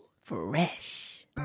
Fresh